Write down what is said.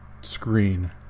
screen